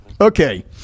Okay